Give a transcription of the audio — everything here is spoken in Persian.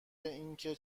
اینکه